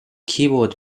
keyboard